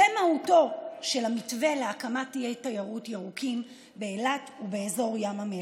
זו מהותו של המתווה להקמת איי תיירות ירוקים באילת ובאזור ים המלח.